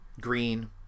green